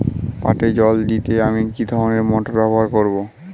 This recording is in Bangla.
পাটে জল দিতে আমি কি ধরনের মোটর ব্যবহার করব?